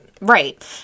right